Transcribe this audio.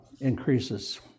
increases